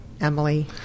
Emily